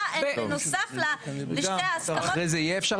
אסור לשאול